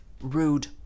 rude